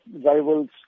rivals